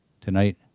Tonight